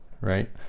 right